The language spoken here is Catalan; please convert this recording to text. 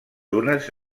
unes